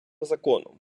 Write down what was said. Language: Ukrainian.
законом